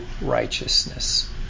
righteousness